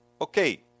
Okay